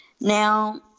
now